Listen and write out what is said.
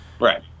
Right